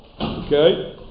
Okay